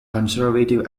conservative